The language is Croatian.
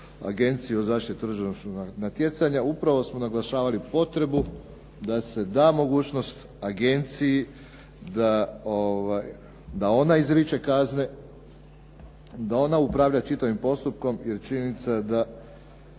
Agencije za zaštitu tržišnog natjecanja upravo smo naglašavali potrebu da se da mogućnost agenciji da ona izriče kazne, da ona upravlja čitavim postupkom jer činjenica